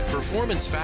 Performance